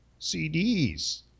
CDs